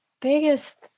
biggest